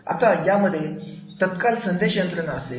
आता यामध्ये तत्काल संदेश यंत्रणा असेल